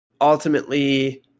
ultimately